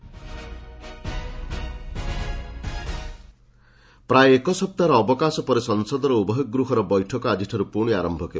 parliament ପ୍ରାୟ ଏକସପ୍ତାହ ଅବକାଶ ପରେ ସଂସଦର ଉଭୟ ଗୃହର ବୈଠକ ଆଜିଠାରୁ ପୁଣି ଆରମ୍ଭ ହେବ